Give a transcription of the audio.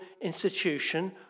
institution